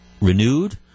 renewed